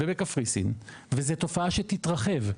ובקפריסין וזו תופעה שתתרחב,